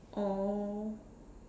oh